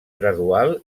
gradual